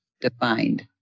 defined